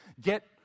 get